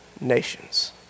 nations